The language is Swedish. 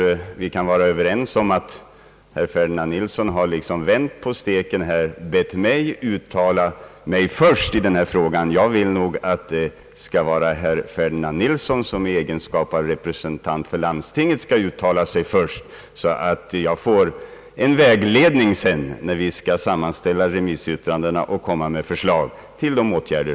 Herr Ferdinand Nilsson har liksom vänt på steken och bett mig uttala mig först i den här frågan. Jag vill nog att herr Ferdinand Nilsson i egenskap av representant för landstinget skall uttala sig först, så att jag får en vägledning när remissyttrandena skall sammanställas och jag skall komma med förslag till åtgärder.